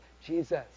Jesus